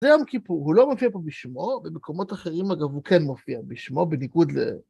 זה יום כיפור, הוא לא מופיע פה בשמו, במקומות אחרים אגב הוא כן מופיע בשמו, בניגוד ל...